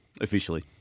officially